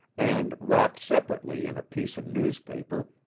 and, wrapped separately in a piece of newspaper,